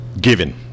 given